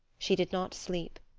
she did not sleep.